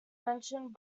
mentioned